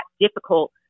difficult